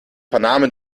vernahmen